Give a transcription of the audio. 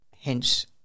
Hence